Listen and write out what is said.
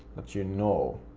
let you know.